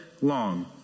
long